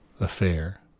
affair